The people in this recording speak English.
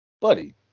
buddy